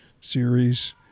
series